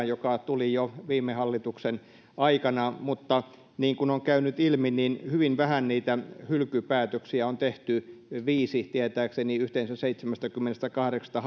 joka tuli jo viime hallituksen aikana mutta niin kuin on käynyt ilmi hyvin vähän niitä hylkypäätöksiä on tehty viisi tietääkseni yhteensä seitsemästäkymmenestäkahdeksasta